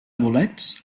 bolets